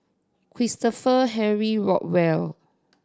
Christopher Henry Rothwell